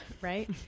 right